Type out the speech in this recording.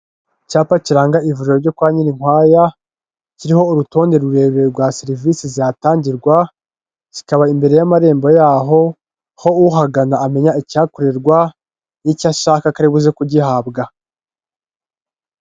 Icyapa kiranga ivuriro ryo kwa Nyirinkwaya, kiriho urutonde rurerure rwa serivisi zihatangirwa, zikaba imbere y'amarembo yaho, ho uhagana amenya ikihakorerwa n'icyo ashaka ko ari buze kugihabwa.